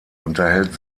unterhält